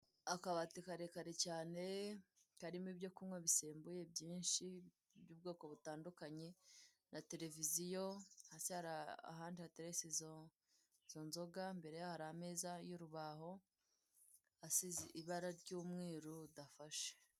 Akabati karekare cyane, karimo ibyo kunywa bisembuye byinshi by'ubwoko butandukanye , na televiziyo, hasi hari ahandi hateretse izo izo nzoga, imbere hari ameza y'urubaho, asize ibara ry'umweru rudafashe.